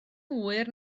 hwyr